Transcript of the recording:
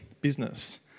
business